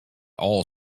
all